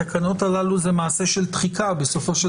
התקנות הללו הן עשה של תחיקה ובסופו של